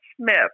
Smith